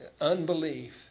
unbelief